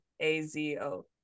A-Z-O